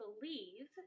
believe